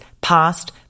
past